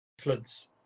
floods